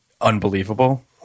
unbelievable